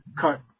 cut